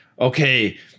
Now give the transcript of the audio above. okay